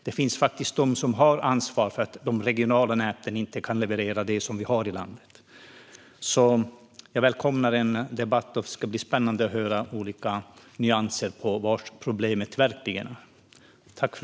Det finns faktiskt de som har ansvar för att de regionala näten inte kan leverera det som vi har i landet. Jag välkomnar debatten. Det ska bli spännande att höra olika nyanser på var problemet verkligen ligger.